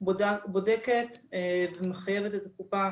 בודקת ומחייבת את הקופה